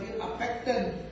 affected